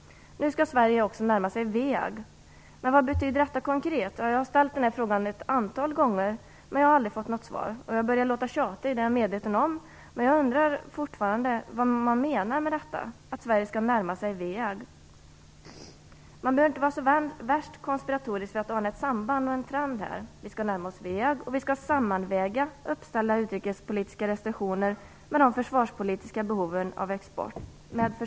Nu skall Sverige också närma sig WEAG. Men vad betyder detta konkret? Jag har ställt den frågan ett antal gånger men har aldrig fått något svar. Jag börjar låta tjatig, det är jag medveten om, men jag undrar fortfarande vad man menar med att Sverige skall närma sig WEAG. Man behöver inte vara särskilt konspiratorisk för att ana ett samband och en trend här. Vi skall närma oss WEAG, och vi skall sammanväga uppställda utrikespolitiska restriktioner med de försvarspolitiska behoven av export.